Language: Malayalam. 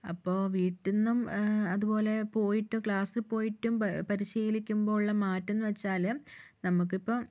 അപ്പോൾ വീട്ടിൽ നിന്നും അതുപോലെ പോയിട്ടും ക്ലാസിൽ പോയിട്ടും പരിശീലിക്കുമ്പോഴുള്ള മാറ്റം എന്നു വച്ചാൽ നമുക്കിപ്പം